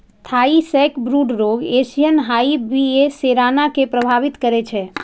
Thai sacbrood रोग Asian hive bee A cerana कें प्रभावित करै छै